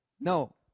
No